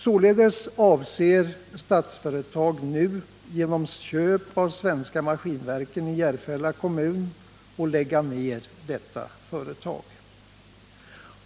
Således avser Statsföretag nu genom köp av Svenska Maskinverken i Järfälla kommun att lägga ner detta företag.